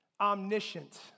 omniscient